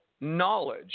knowledge